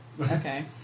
Okay